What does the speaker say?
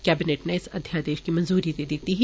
cabinet नै इस अध्यादेष गी मंजूरी देई दिती ही